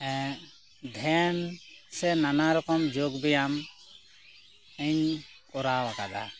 ᱫᱷᱮᱭᱟᱱ ᱥᱮ ᱱᱟᱱᱟ ᱨᱚᱠᱚᱢ ᱡᱳᱜ ᱵᱮᱭᱟᱢ ᱤᱧ ᱠᱚᱨᱟᱣ ᱟᱠᱟᱫᱟ